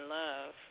love